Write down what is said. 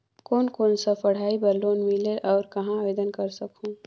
कोन कोन सा पढ़ाई बर लोन मिलेल और कहाँ आवेदन कर सकहुं?